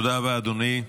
תודה רבה, אדוני.